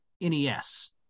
nes